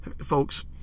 Folks